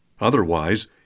Otherwise